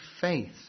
faith